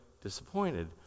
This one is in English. disappointed